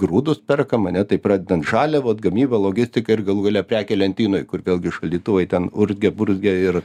grūdus perkam ane taip pradedant žaliavos gamyba logistika ir galų gale prekė lentynoj kur vėlgi šaldytuvai ten urzgia burzgia ir